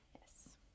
Yes